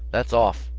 that's off!